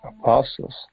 apostles